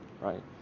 right